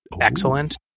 excellent